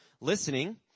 listening